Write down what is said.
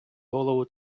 голову